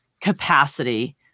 capacity